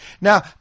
Now